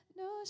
no